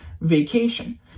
vacation